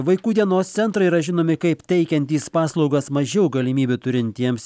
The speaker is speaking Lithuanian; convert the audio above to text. vaikų dienos centrai yra žinomi kaip teikiantys paslaugas mažiau galimybių turintiems